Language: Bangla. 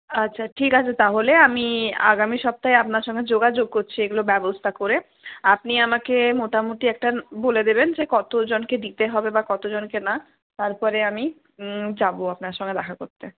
আচ্ছা ঠিক আছে তাহলে আমি আগামী সপ্তাহে আপনার সঙ্গে যোগাযোগ করছি এগুলো ব্যাবস্থা করে আপনি আমাকে মোটামোটি একটা বলে দেবেন যে কতজনকে দিতে হবে বা কতজনকে না তারপরে আমি যাবো আপনার সঙ্গে দেখা করতে